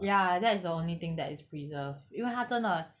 ya that is the only thing that is preserved 因为他真的